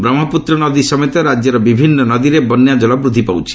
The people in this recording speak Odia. ବ୍ରହ୍ମପୁତ୍ର ନଦୀ ସମେତ ରାଜ୍ୟର ବିଭିନ୍ନ ନଦୀରେ ବନ୍ୟାଜଳ ବୃଦ୍ଧି ପାଉଛି